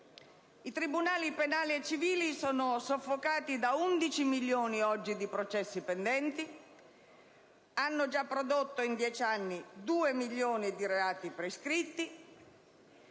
I tribunali penali e civili sono oggi soffocati da 11 milioni di processi pendenti, hanno già prodotto in 10 anni 2 milioni di reati prescritti